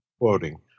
Quoting